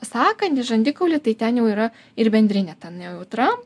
sąkandį žandikaulį tai ten jau yra ir bendrinė ta nejautra